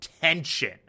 tension